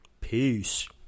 Peace